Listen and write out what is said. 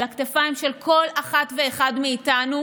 על הכתפיים של כל אחת ואחד מאיתנו,